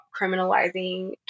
criminalizing